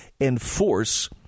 enforce